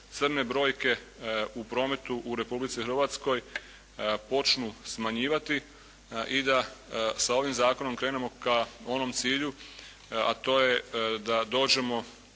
crne brojke u prometu u Republici Hrvatskoj počnu smanjivati i da sa ovim zakonom krenemo ka onom cilju, a to je da dođemo